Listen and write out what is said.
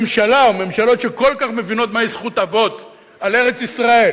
ממשלה או ממשלות שכל כך מבינות מהי זכות אבות על ארץ-ישראל